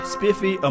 Spiffy